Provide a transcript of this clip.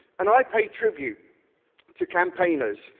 and i pay tribute to campaigners,